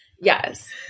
yes